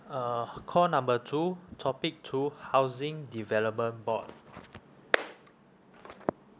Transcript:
uh call number two topic two housing development board